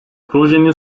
projenin